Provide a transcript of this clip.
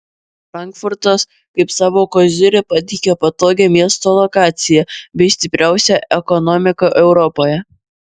frankfurtas kaip savo kozirį pateikia patogią miesto lokaciją bei stipriausią ekonomiką europoje